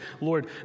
Lord